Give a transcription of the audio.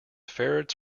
ferrets